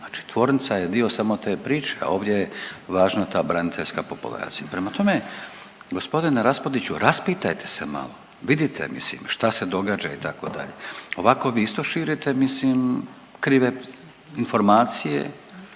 znači tvornica je dio samo te priče, a ovdje je važna ta braniteljska populacija. Prema tome, g. Raspudiću raspitajte se malo, vidite mislim šta se događa itd., ovako vi isto širite mislim krive informacije,